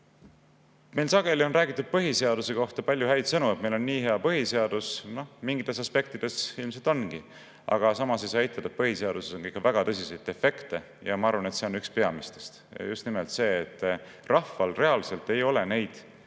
Meil on sageli räägitud põhiseaduse kohta palju häid sõnu, et meil on nii hea põhiseadus. Mingites aspektides ilmselt ongi. Aga samas ei saa eitada, et põhiseaduses on ikka väga tõsiseid defekte, ja ma arvan, et see on üks peamistest. Just nimelt see, et rahvale ei ole